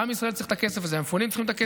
לא, כי יש דברים לא קשורים.